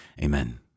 Amen